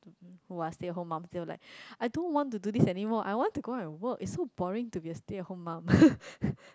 who are stay at home moms they will like I don't want to do this anymore I want to go out and work it is so boring to be a stay at home mum